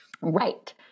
right